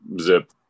Zip